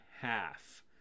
half